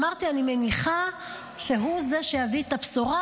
אמרתי: אני מניחה שהוא זה שהביא את הבשורה,